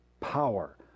power